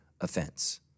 offense